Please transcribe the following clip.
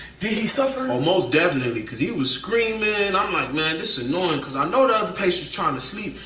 did he suffer? oh, most definitely cause he was screaming. and i'm like, man, this is annoying cause i know the other patient's trying to sleep.